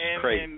great